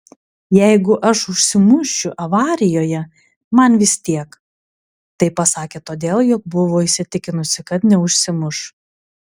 jeigu aš užsimušiu avarijoje man vis tiek tai pasakė todėl jog buvo įsitikinusi kad neužsimuš